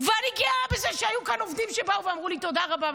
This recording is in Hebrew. ואני גאה בזה שהיו כאן עובדים שבאו ואמרו לי: תודה רבה,